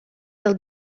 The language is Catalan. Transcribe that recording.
del